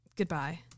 Goodbye